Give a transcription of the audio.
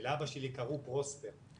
לאבא שלי קראו פרוספר.